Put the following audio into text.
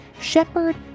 Shepard